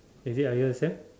is it are you understand